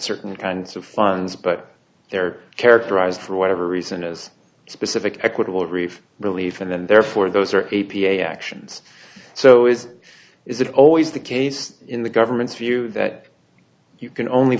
certain kinds of funds but they're characterized through whatever reason is specific equitable raef relief and then therefore those are a p a actions so is isn't always the case in the government's view that you can only